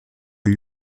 gli